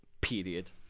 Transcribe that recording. Period